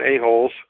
A-holes